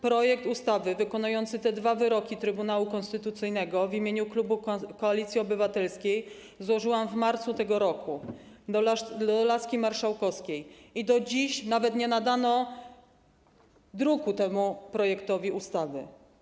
Projekt ustawy wykonujący te dwa wyroki Trybunału Konstytucyjnego w imieniu klubu Koalicji Obywatelskiej złożyłam w marcu tego roku do laski marszałkowskiej i do dziś nawet nie nadano numeru druku temu projektowi ustawy.